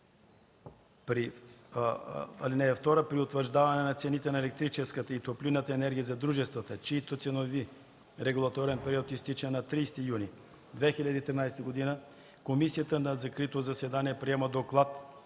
При утвърждаване на цените на електрическата и топлинната енергия за дружествата, чийто ценови/регулаторен период изтича на 30 юни 2013 г., комисията на закрито заседание приема доклад